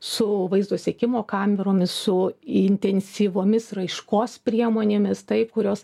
su vaizdo sekimo kameromis su intensyvomis raiškos priemonėmis taip kurios